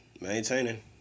maintaining